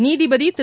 நீதிபதி திரு